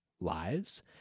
lives